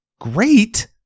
Great